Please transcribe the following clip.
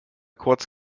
kurz